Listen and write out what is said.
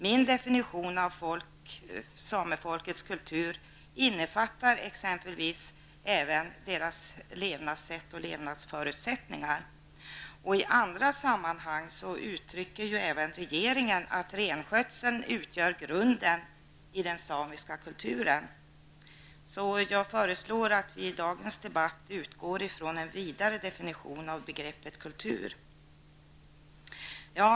Min definition av samefolkets kultur innefattar exempelvis även deras levnadssätt och levnadsförutsättningar, och i andra sammanhang uttrycker även regeringen att renskötseln utgör grunden i den samiska kulturen. Jag föreslår därför att vi i dagens debatt utgår från en vidare definition av begreppet kultur.